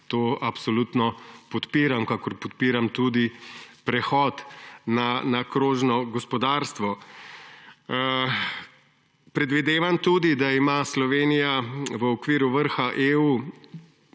to absolutno podpiram, kakor podpiram tudi prehod na krožno gospodarstvo. Predvidevam tudi, da ima Slovenija v okviru vrha EU